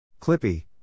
Clippy